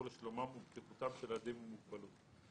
לשלומם ובטיחותם של הילדים עם מוגבלות.